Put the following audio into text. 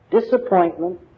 disappointment